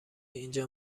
اینجا